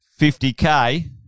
50K